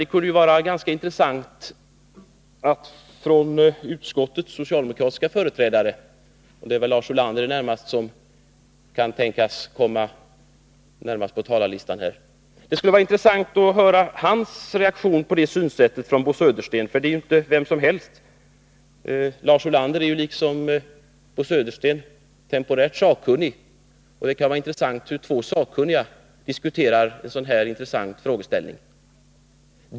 Det är väl Lars Ulander som kan tänkas komma närmast på talarlistan som företrädare för utskottets socialdemokrater, och det kan vara intressant att höra hans reaktion på det synsätt som Bo Södersten uttrycker, för det är ju inte fråga om vem som helst. Lars Ulander är liksom Bo Södersten temporärt sakkunnig, och det kan vara givande att höra hur två sakkunniga diskuterar en sådan intressant frågeställning.